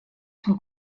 sont